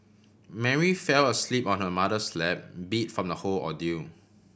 Mary fell asleep on her mother's lap beat from the whole ordeal